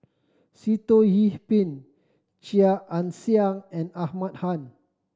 Sitoh Yih Pin Chia Ann Siang and Ahmad Khan